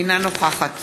אינה נוכחת